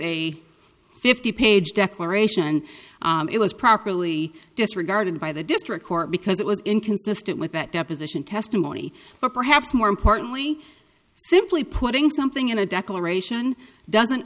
a fifty page declaration it was properly disregarded by the district court because it was inconsistent with that deposition testimony or perhaps more importantly simply putting something in a declaration doesn't